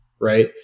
right